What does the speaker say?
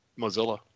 Mozilla